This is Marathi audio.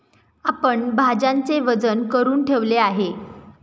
आपण भाज्यांचे वजन करुन ठेवले आहे